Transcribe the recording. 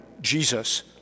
Jesus